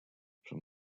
from